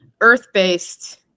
earth-based